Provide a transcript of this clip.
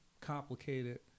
complicated